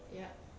yup